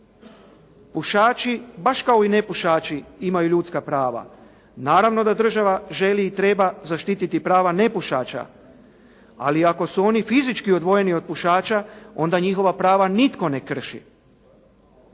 Pušači baš kao i nepušači imaju ljudska prava. Naravno da država želi i treba zaštiti prava nepušača, ali ako su oni fizički odvojeni od pušača, onda njihova prava nitko ne krši.